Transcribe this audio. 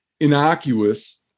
innocuous